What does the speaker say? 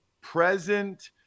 present